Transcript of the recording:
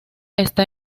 está